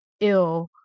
ill